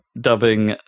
dubbing